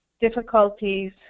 difficulties